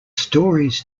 stories